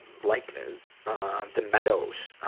like, ah the meadows.